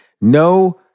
No